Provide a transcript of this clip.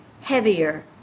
heavier